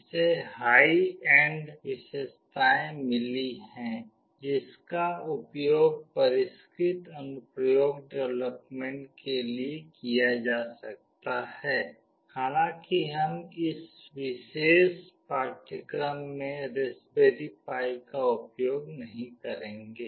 इसे high end विशेषताएं मिली हैं जिनका उपयोग परिष्कृत अनुप्रयोग डेवलपमेंट के लिए किया जा सकता है हालांकि हम इस विशेष पाठ्यक्रम में रास्पबेरी पाई का उपयोग नहीं करेंगे